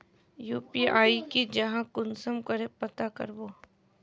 UPI की जाहा कुंसम करे पता करबो?